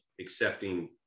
accepting